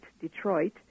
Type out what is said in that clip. Detroit